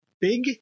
big